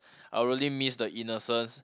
I really miss the innocence